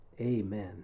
Amen